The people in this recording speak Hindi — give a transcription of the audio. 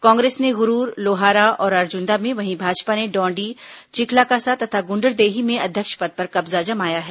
कांग्रेस ने गुरूर लोहारा और अर्जुन्दा में वहीं भाजपा ने डौंडी चिखलाकसा तथा गुण्डरदेही में अध्यक्ष पद पर कब्जा जमाया है